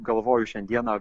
galvoju šiandieną